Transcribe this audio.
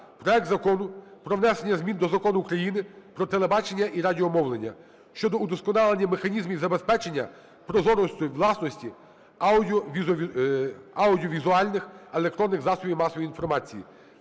проект Закону про внесення змін до Закону України "Про телебачення і радіомовлення" щодо удосконалення механізмів забезпечення прозорості власності аудіовізуальних (електронних) засобів масової інформації.